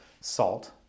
Salt